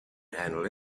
handle